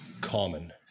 common